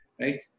right